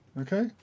Okay